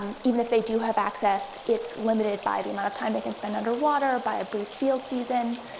and even if they do have access, it's limited by the amount of time they can spend underwater, by a brief field season.